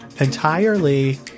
entirely